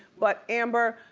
but amber,